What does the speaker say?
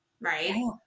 right